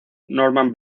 norman